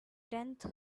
tenth